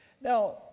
Now